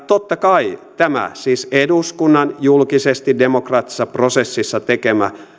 totta kai tämä siis eduskunnan julkisesti demokraattisessa prosessissa tekemä